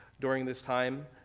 during this time,